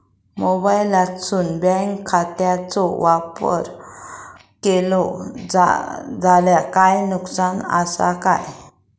मोबाईलातसून बँक खात्याचो वापर केलो जाल्या काय नुकसान असा काय?